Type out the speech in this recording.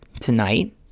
tonight